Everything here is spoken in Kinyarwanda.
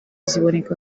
ziboneka